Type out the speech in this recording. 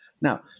Now